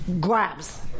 grabs